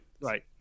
right